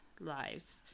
lives